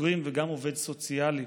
חוקרים וגם עובד סוציאלי.